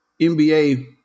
NBA